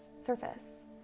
surface